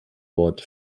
wort